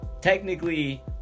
Technically